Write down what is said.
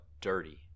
dirty